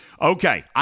Okay